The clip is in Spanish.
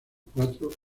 cuatro